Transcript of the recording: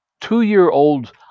two-year-old